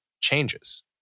changes